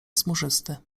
smużysty